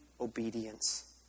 obedience